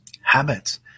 Habits